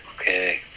okay